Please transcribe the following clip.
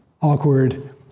awkward